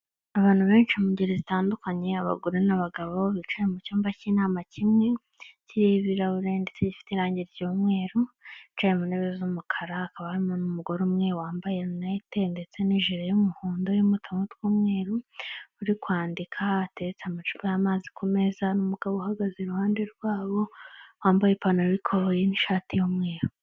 Abantu benshi mu ngeri zitandukanye abagore n'abagabo bicaye mu cyumba cy'inama kimwe kiri ibirahu gifite irangi ry'mweru, harimo ntebe z'umukara ha akabamo n'umugore umwe wambaye rineti ndetse n'ijiri y'umuhondo ariho umungo tw'umweru, ari kwandika hateretse amacupa y'amazi ku meza. Umugabo uhagaze iruhande rwabo wambaye ipantaro y'ikoboyi n'ishati y'umweru.